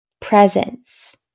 presence